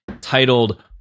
titled